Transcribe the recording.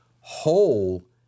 Whole